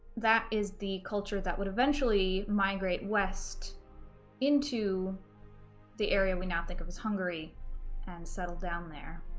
that is the culture that would eventually migrate west into the area we now think of as hungary and settle down there.